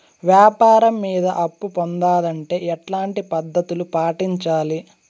వ్యాపారం మీద అప్పు పొందాలంటే ఎట్లాంటి పద్ధతులు పాటించాలి?